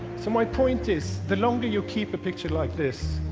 so my point is, the longer you keep a picture like this,